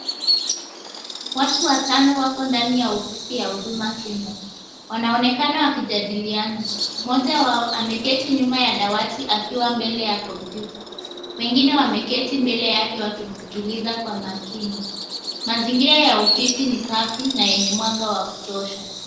Watu watank wako ndani ya ofisi ya Huduma Center wanaonekana wakijadiliana mmoja wao ameketi nyuma ya dawati akiwa mbele ya computer wengine wameketi mbele yake wakimsikiliza kwa makini, mazingira ya ofisi ni safi na yenye mwanga wa kutosha.